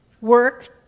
work